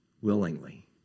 willingly